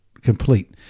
complete